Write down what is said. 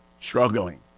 Struggling